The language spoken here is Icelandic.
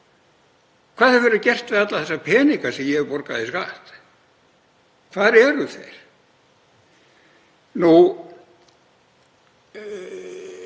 Hvað hefur verið gert við alla þessa peninga sem ég borgaði í skatt? Hvar eru þeir?